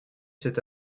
cet